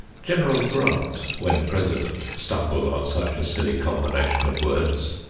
general grant, when president, stumbled on such a silly combination of words,